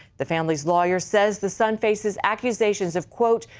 the family's lawyer says the son faces accusations of, quote,